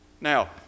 Now